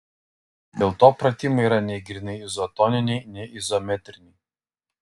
dėl to pratimai yra nei grynai izotoniniai nei izometriniai